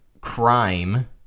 crime